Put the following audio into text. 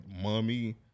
mummy